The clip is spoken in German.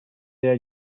der